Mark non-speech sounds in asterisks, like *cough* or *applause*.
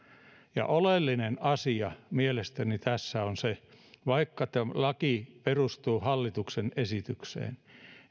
oleellinen asia mielestäni tässä on se *unintelligible* että vaikka laki perustuu hallituksen esitykseen